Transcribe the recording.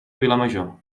vilamajor